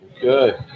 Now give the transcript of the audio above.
Good